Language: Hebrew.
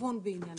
בוקר טוב, היום יום